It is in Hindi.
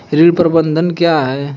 ऋण प्रबंधन क्या है?